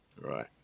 right